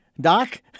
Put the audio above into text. doc